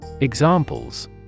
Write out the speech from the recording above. Examples